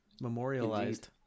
Memorialized